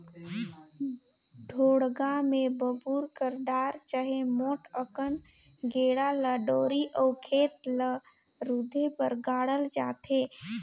ढोड़गा मे बबूर कर डार चहे मोट अकन गेड़ा ल डोली अउ खेत ल रूधे बर गाड़ल जाथे